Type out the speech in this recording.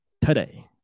today